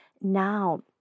now